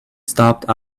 stopped